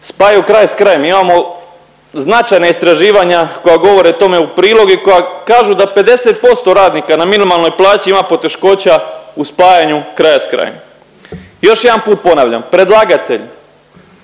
spajaju kraj s krajem. Mi imamo značajna istraživanja koja govore tome u prilog i koja kažu da 50% radnika na minimalnoj plaći ima poteškoća u spajanju kraja s krajem. Još jedan put ponavljam, predlagatelj